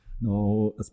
No